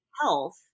health